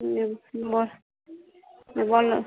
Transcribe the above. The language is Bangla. হুম ব বলো